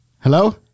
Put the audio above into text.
Hello